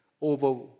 over